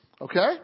okay